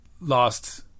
lost